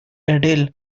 adele